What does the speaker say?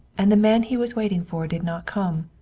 and the man he was waiting for did not come.